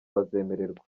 bazemererwa